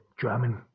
German